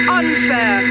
unfair